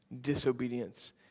Disobedience